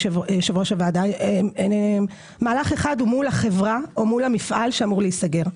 יושב-ראש הוועדה: מהלך אחד הוא מול החברה או מול המפעל שאמור להיסגר.